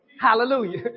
Hallelujah